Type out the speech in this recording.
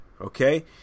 okay